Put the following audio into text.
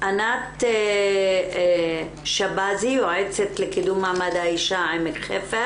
ענת שבזי יועצת לקידום מעמד האשה עמק חפר